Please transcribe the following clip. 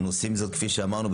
אנחנו עושים זאת כפי שאמרנו,